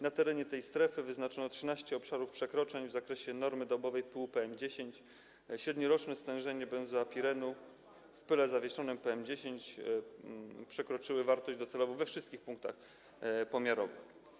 Na terenie tej strefy wyznaczono 13 obszarów przekroczeń w zakresie normy dobowej pyłu PM10, średnioroczne stężenie benzo (a) pirenu w pyle zawieszonym PM10 przekroczyło wartość docelową we wszystkich punktach pomiarowych.